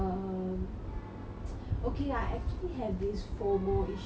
okay I actually have this FOMO issue do you know what is it